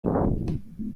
room